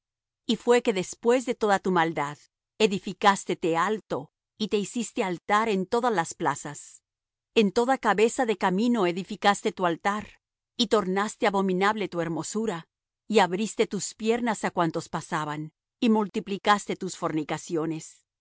y fué que después de toda tu maldad edificástete alto y te hiciste altar en todas las plazas en toda cabeza de camino edificaste tu altar y tornaste abominable tu hermosura y abriste tus piernas á cuantos pasaban y multiplicaste tus fornicaciones